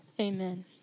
Amen